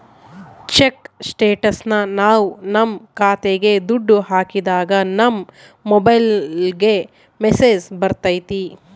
check ಸ್ಟೇಟಸ್ನ ನಾವ್ ನಮ್ ಖಾತೆಗೆ ದುಡ್ಡು ಹಾಕಿದಾಗ ನಮ್ ಮೊಬೈಲ್ಗೆ ಮೆಸ್ಸೇಜ್ ಬರ್ತೈತಿ